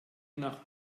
nach